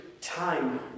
Time